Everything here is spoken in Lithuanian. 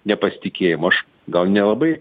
nepasitikėjimo aš gal nelabai